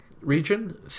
region